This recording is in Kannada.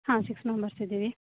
ಹಾಂ ಸಿಕ್ಸ್ ಮೆಂಬರ್ಸ್ ಇದ್ದೀವಿ